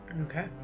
Okay